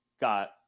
got